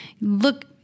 look